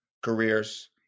careers